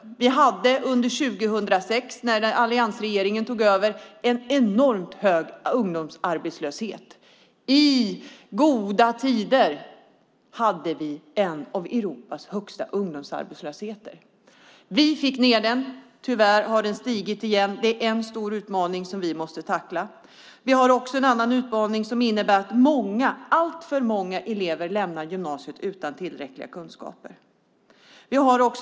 År 2006, när alliansregeringen tog över, hade vi en enormt hög ungdomsarbetslöshet. I goda tider var ungdomsarbetslösheten i Sverige en av Europas högsta. Vi fick ned den. Tyvärr har den stigit igen. Det är en stor utmaning som vi måste tackla. Vi har en annan utmaning, nämligen att alltför många elever lämnar gymnasiet utan tillräckliga kunskaper.